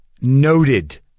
noted